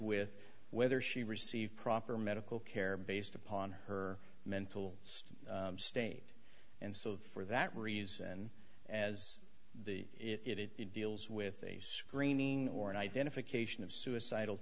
with whether she received proper medical care based upon her mental state state and so for that reason as the it deals with screening or an identification of suicidal